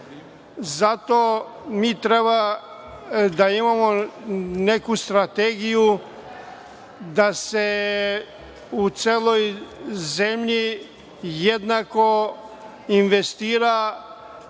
Zato mi treba da imamo neku strategiju da se u celoj zemlji jednako investira